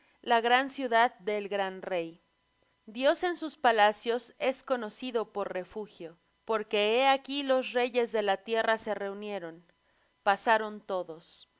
la ciudad del gran rey dios en sus palacios es conocido por refugio porque he aquí los reyes de la tierra se reunieron pasaron todos y